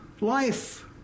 life